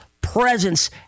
presence